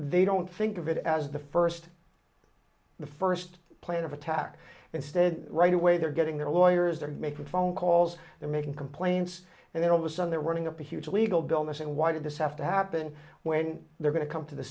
they don't think of it as the first the first plan of attack instead right away they're getting their lawyers they're making phone calls they're making complaints and they're on the sun they're running up a huge legal bill this and why did this have to happen when they're going to come to the